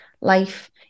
life